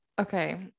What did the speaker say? okay